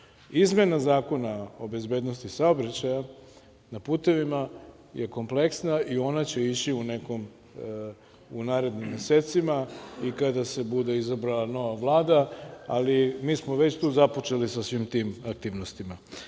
Zakona o bezbednosti saobraćaja na putevima je kompleksna i ona će ići u narednim mesecima i kada se bude izabrala nova Vlada, ali mi smo već tu započeli sa svim tim aktivnostima.